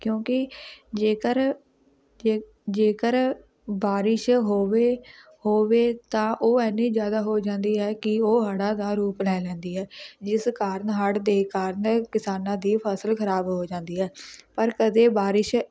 ਕਿਉਂਕਿ ਜੇਕਰ ਜੇ ਜੇਕਰ ਬਾਰਿਸ਼ ਹੋਵੇ ਹੋਵੇ ਤਾਂ ਉਹ ਇੰਨੀ ਜ਼ਿਆਦਾ ਹੋ ਜਾਂਦੀ ਹੈ ਕਿ ਉਹ ਹੜ੍ਹਾਂ ਦਾ ਰੂਪ ਲੈ ਲੈਂਦੀ ਹੈ ਜਿਸ ਕਾਰਨ ਹੜ੍ਹ ਦੇ ਕਾਰਨ ਕਿਸਾਨਾਂ ਦੀ ਫ਼ਸਲ ਖ਼ਰਾਬ ਹੋ ਜਾਂਦੀ ਹੈ ਪਰ ਕਦੇ ਬਾਰਿਸ਼